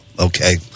okay